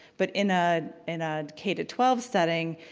but in ah in a k to twelve setting,